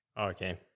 Okay